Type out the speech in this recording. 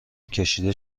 کشیده